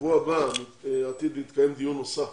בשבוע הבא עתיד להתקיים דיון נוסף